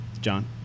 John